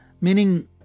meaning